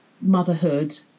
motherhood